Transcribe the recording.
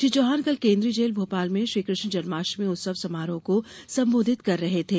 श्री चौहान कल केन्द्रीय जेल भोपाल में श्रीकृष्ण जन्माष्टमी उत्सव समारोह को संबोधित कर रहे थे